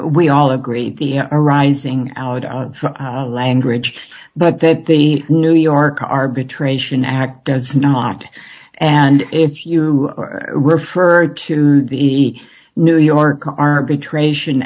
we all agree the arising out langridge but that the new york arbitration act does not and if you refer to the new york arbitration